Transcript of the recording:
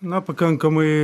na pakankamai